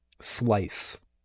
Slice